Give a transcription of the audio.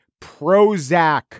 Prozac